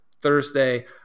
Thursday